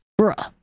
Bruh